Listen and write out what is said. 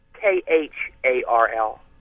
K-H-A-R-L